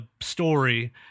story